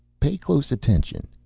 pay close attention.